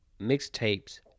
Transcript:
mixtapes